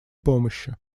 помощи